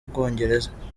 bwongereza